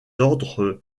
ordres